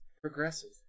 progressive